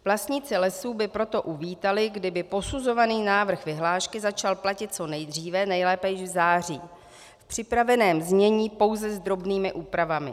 Vlastníci lesů by proto uvítali, kdyby posuzovaný návrh vyhlášky začal platit co nejdříve, nejlépe již v září, v připraveném znění, pouze s drobnými úpravami.